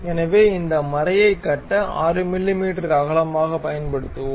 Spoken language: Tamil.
எனவே இந்த மறையை கட்ட 6 மிமீ அகலமாக பயன்படுத்துவோம்